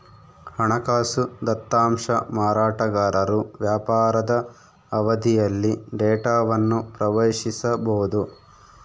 ಹಣಕಾಸು ದತ್ತಾಂಶ ಮಾರಾಟಗಾರರು ವ್ಯಾಪಾರದ ಅವಧಿಯಲ್ಲಿ ಡೇಟಾವನ್ನು ಪ್ರವೇಶಿಸಬೊದು